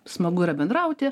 smagu yra bendrauti